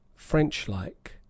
French-like